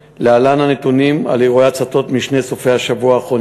2. ביצוע פעולות למניעת שרפות,